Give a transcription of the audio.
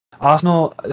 Arsenal